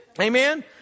Amen